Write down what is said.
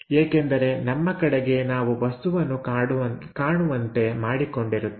ಏಕೆಂದರೆ ನಮ್ಮ ಕಡೆಗೆ ನಾವು ವಸ್ತುವನ್ನು ಕಾಣುವಂತೆ ಮಾಡಿಕೊಂಡಿರುತ್ತೇವೆ